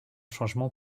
changement